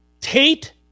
Tate